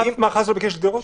מאחז לא ביקש גדרות?